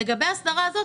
לגבי ההסדרה הזאת,